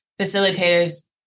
facilitators